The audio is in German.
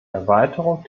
erweiterung